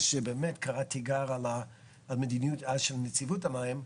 אז שבאמת קרא תיגר על המדיניות של נציבות המים,